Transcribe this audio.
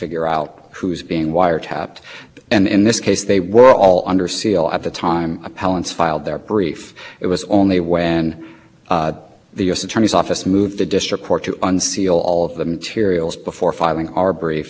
papers minder since they were all provided to defense counsel in discovery while this case but as you put it was that the department that cost the seal to be lifted right now they're all provided to defense counsel and discovery below discovery below ok the